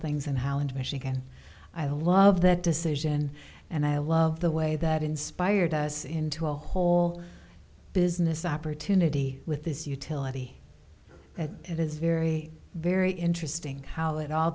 things and how and michigan i love that decision and i love the way that inspired us into a whole business opportunity with this utility that it is very very interesting how it all